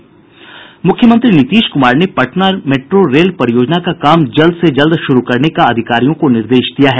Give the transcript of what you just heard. मुख्यमंत्री नीतीश कुमार ने Patna metro rail परियोजना का काम जल्द से जल्द शुरू करने का अधिकारियों को निर्देश दिया है